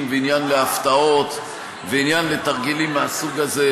ועניין להפתעות ועניין לתרגילים מהסוג הזה.